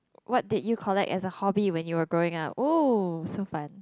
what did you collect as a hobby when you were growing up oh so fun